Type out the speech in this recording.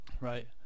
Right